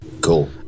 Cool